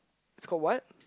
it's called what